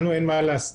לנו אין מה להסתיר,